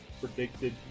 predicted